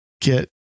get